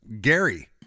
Gary